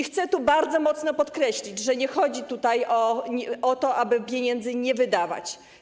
Chcę bardzo mocno podkreślić, że nie chodzi tutaj o to, aby pieniędzy nie wydawać.